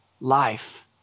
life